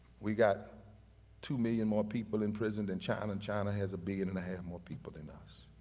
we got two million more people in prison than china and china has a billion and a half more people than us,